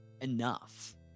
enough